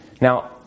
Now